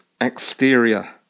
exterior